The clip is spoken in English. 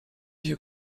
you